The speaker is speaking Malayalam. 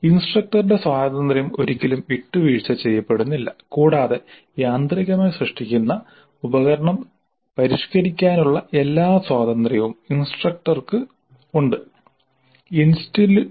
ഇൻസ്ട്രക്ടറുടെ സ്വാതന്ത്ര്യം ഒരിക്കലും വിട്ടുവീഴ്ച ചെയ്യപ്പെടുന്നില്ല കൂടാതെ യാന്ത്രികമായി സൃഷ്ടിക്കുന്ന ഉപകരണം പരിഷ്കരിക്കാനുള്ള എല്ലാ സ്വാതന്ത്ര്യവും ഇൻസ്ട്രക്ടർക്ക് ഉണ്ട്